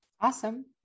Awesome